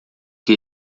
que